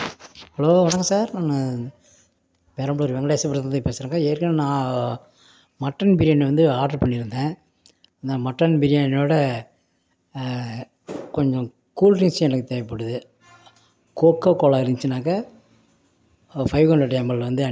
hello வணக்கம் sir நான் பெரம்பலூர் வெங்கடேசபுரத்துலிருந்து பேசுகிறங்க ஏற்கனவே நான் மட்டன் பிரியாணி வந்து ஆர்டர் பண்ணியிருந்தேன் அந்த மட்டன் பிரியாணியோடய கொஞ்சம் கூல்டிரிங்ஸ் எனக்கு தேவைப்படுது கொக்ககோலா இருந்துச்சுனாக்கா ஃபைவ் ஹண்ரெட் எம்எல் வந்து அனுப்பிவிடுங்க